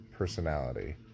personality